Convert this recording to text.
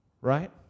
right